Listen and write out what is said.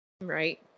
Right